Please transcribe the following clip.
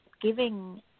giving